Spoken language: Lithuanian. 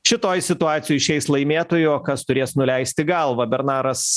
šitoj situacijoj išeis laimėtoju kas turės nuleisti galvą bernaras